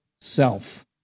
self